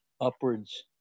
upwards